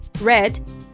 Red